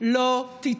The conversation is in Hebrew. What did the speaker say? מה זה הפך להיות,